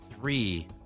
three